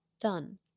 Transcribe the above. done